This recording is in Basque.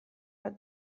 bat